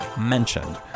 mentioned